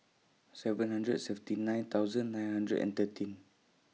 seven hundred seventy nine thousand nine hundred and thirteen